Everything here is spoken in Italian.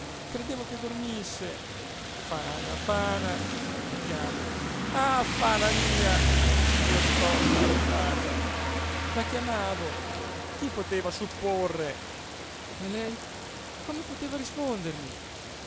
credevo che dormisse fana fana la chiamo ah fana mia io t'ho ammazzata la chiamavo chi poteva supporre e lei come poteva rispondermi